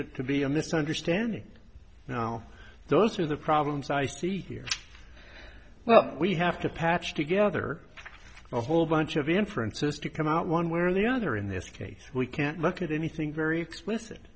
it to be a misunderstanding now those are the problems i see here well we have to patch together a whole bunch of inferences to come out one way or the other in this case we can't look at anything very